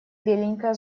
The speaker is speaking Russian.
беленькая